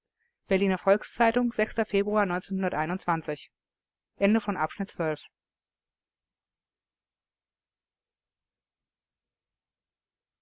berliner volks-zeitung februar